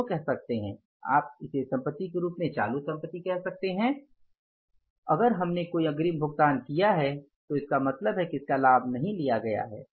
दोनों कहते हैं आप इसे संपत्ति के रूप में चालू संपत्ति कह सकते हैं अगर हमने कोई अग्रिम भुगतान किया है तो इसका मतलब है कि इसका लाभ नहीं लिया गया है